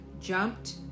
jumped